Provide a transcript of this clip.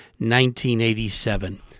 1987